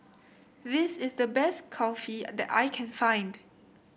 this is the best Kulfi that I can find